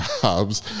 jobs